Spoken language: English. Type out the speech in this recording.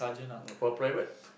for private